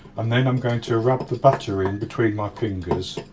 and then i'm going to rub the butter in, between my fingers,